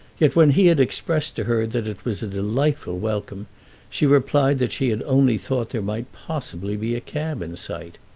yet when he had expressed to her that it was a delightful welcome she replied that she had only thought there might possibly be a cab in sight.